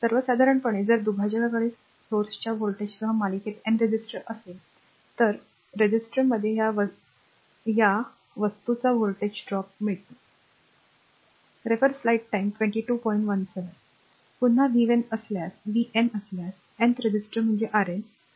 सर्वसाधारणपणे जर दुभाजकाकडे स्त्रोताच्या व्होल्टेजसह मालिकेत N रेझिस्टर असेल तर नववा रेझिस्टरमध्ये या वस्तूचा व्होल्टेज ड्रॉप असेल पुन्हा vn असल्यास r nth resistor म्हणजे Rn